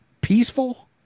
peaceful